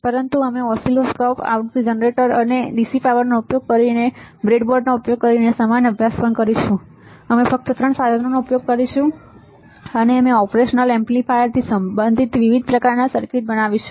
પરંતુ અમે ઓસિલોસ્કોપ આવૃતિ જનરેટર અને ડીસી પાવરનો ઉપયોગ કરીને બ્રેડબોર્ડનો ઉપયોગ કરીને સમાન અભ્યાસ પણ કરીશું અમે ફક્ત ત્રણ સાધનોનો ઉપયોગ કરીશું અને અમે ઓપરેશનલ એમ્પ્લીફાયરથી સંબંધિત વિવિધ પ્રકારના સર્કિટ બનાવીશું